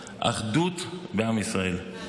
אחדות בעם ישראל.